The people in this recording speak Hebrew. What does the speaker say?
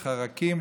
לחרקים,